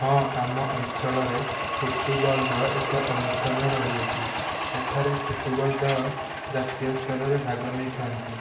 ହଁ ଆମ ଅଞ୍ଚଳରେ ଫୁଟୁବଲ୍ର ଏକ ଅନୁଷ୍ଠାନ ରହିଅଛି ଏଠାରେ ଫୁଟୁବଲ୍ ଦଳ ଜାତୀୟ ସ୍ତରରେ ଭାଗ ନେଇଥାନ୍ତି